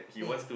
hmm